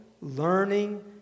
learning